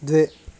द्वे